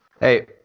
Hey